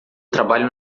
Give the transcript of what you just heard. trabalho